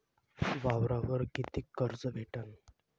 वावरावर कितीक कर्ज भेटन?